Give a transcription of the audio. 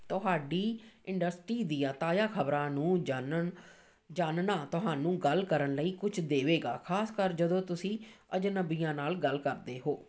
ਤੁਹਾਡੀ ਇੰਡਸਟਰੀ ਦੀਆਂ ਤਾਜ਼ਾ ਖ਼ਬਰਾਂ ਨੂੰ ਜਾਨਣ ਜਾਨਣਾ ਤੁਹਾਨੂੰ ਗੱਲ ਕਰਨ ਲਈ ਕੁਝ ਦੇਵੇਗਾ ਖ਼ਾਸਕਰ ਜਦੋਂ ਤੁਸੀਂ ਅਜਨਬੀਆਂ ਨਾਲ ਗੱਲ ਕਰਦੇ ਹੋ